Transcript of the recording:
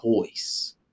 choice